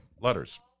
letters